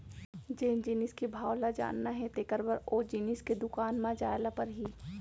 जेन जिनिस के भाव ल जानना हे तेकर बर ओ जिनिस के दुकान म जाय ल परही